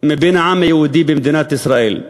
בעם היהודי במדינת ישראל,